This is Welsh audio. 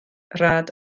rhad